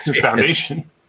foundation